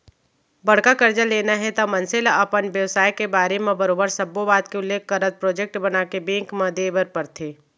बड़का करजा लेना हे त मनसे ल अपन बेवसाय के बारे म बरोबर सब्बो बात के उल्लेख करत प्रोजेक्ट बनाके बेंक म देय बर परथे